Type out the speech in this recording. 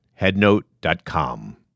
headnote.com